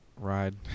Ride